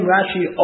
Rashi